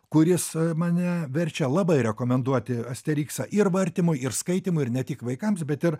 kuris mane verčia labai rekomenduoti asteriksą ir vartymui ir skaitymui ir ne tik vaikams bet ir